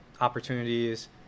opportunities